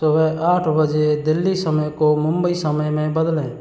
सुबह आठ बजे दिल्ली समय को मुंबई समय में बदलें